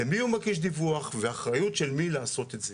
למי הוא מגיש דיווח והאחריות של מי לעשות את זה.